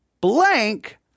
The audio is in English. blank